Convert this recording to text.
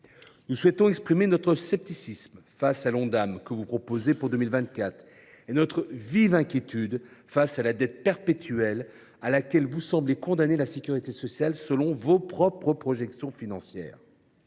Nous souhaitons exprimer notre scepticisme au sujet de l’Ondam que vous proposez pour 2024 et notre vive inquiétude face à la dette perpétuelle à laquelle vous semblez condamner la sécurité sociale selon vos propres projections financières.